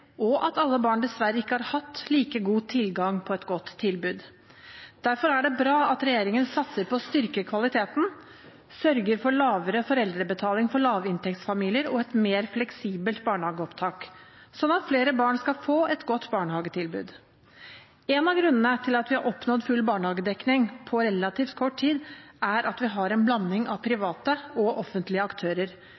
og at alle barn dessverre ikke har hatt like god tilgang til et godt tilbud. Derfor er det bra at regjeringen satser på å styrke kvaliteten, sørger for lavere foreldrebetaling for lavinntektsfamilier og sørger for et mer fleksibelt barnehageopptak, slik at flere barn skal få et godt barnehagetilbud. En av grunnene til at vi har oppnådd full barnehagedekning på relativt kort tid, er at vi har en blanding av